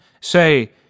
Say